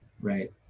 right